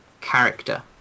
character